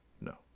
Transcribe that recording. no